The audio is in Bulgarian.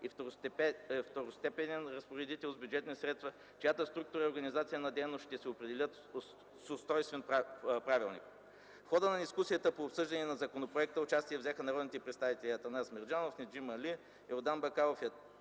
и второстепенен разпоредител с бюджетни средства, чиято структура и организация на дейност ще се определят с устройствен правилник. В хода на дискусията по обсъждане на законопроекта участие взеха народните представители Атанас Мерджанов, Неджми Али, Йордан Бакалов